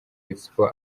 expo